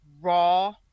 raw